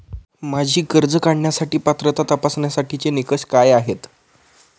माझी कर्ज काढण्यासाठी पात्रता तपासण्यासाठीचे निकष काय आहेत?